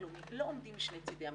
לאומי לא עומדים משני צידי המתרס.